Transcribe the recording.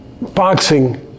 boxing